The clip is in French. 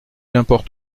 importe